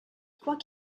trois